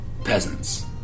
peasants